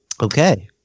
Okay